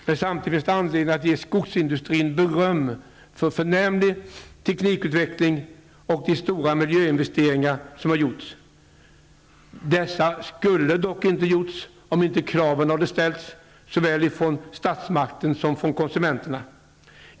Men samtidigt finns det anledning att ge skogsindustrin beröm för förnämlig teknikutveckling och för de stora miljöinvesteringar som har gjorts. Detta skulle dock inte ha gjorts om inte kraven hade ställts, såväl från statsmaken som från konsumenterna.